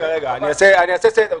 אעשה סדר.